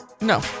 No